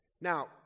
now